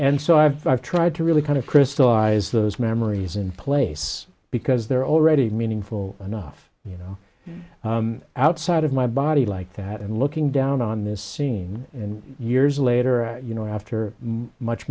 so i've tried to really kind of crystallize those memories in place because they're already meaningful enough you know outside of my body like that and looking down on this scene and years later you know after much